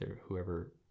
whoever